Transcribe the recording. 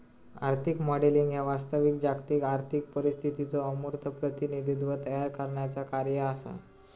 आर्थिक मॉडेलिंग ह्या वास्तविक जागतिक आर्थिक परिस्थितीचो अमूर्त प्रतिनिधित्व तयार करण्याचा कार्य असा